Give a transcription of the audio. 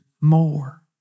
more